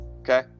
Okay